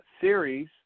series